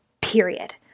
period